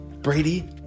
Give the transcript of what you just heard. Brady